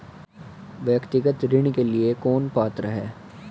व्यक्तिगत ऋण के लिए कौन पात्र है?